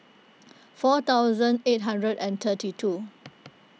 four thousand eight hundred and thirty two